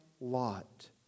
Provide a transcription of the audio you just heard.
Lot